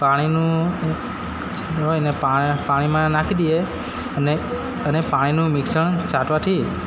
પાણીનું હોય ને પા પાણીમાં નાખી દઈએ અને અને પાણીનું મિશ્રણ છાંટવાથી